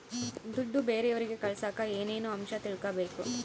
ದುಡ್ಡು ಬೇರೆಯವರಿಗೆ ಕಳಸಾಕ ಏನೇನು ಅಂಶ ತಿಳಕಬೇಕು?